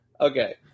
Okay